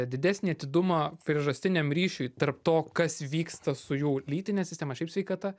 didesnį atidumą priežastiniam ryšiui tarp to kas vyksta su jų lytine sistema šiaip sveikata